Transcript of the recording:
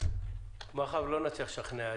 הצעת תקנות סמכויות מיוחדות להתמודדות עם נגיף הקורונה החדש